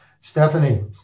Stephanie